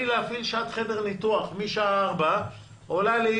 להפעיל שעת חדר ניתוח משעה 4 עולה לי